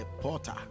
porter